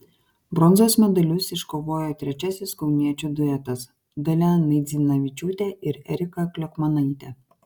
bronzos medalius iškovojo trečiasis kauniečių duetas dalia naidzinavičiūtė ir erika kliokmanaitė